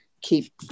keep